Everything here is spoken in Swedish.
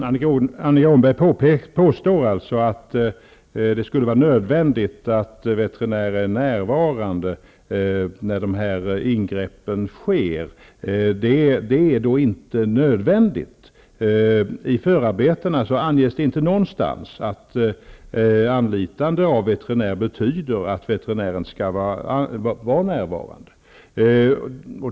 Fru talman! Annika Åhnberg påstår att det är nödvändigt att veterinär är närvarande när dessa ingrepp sker. Det är inte nödvändigt. I förarbetena an ges inte någonstans att anlitande av veterinär betyder att veterinären skall vara närvarande.